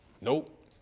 Nope